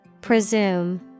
Presume